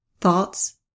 thoughts